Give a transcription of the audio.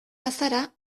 bazara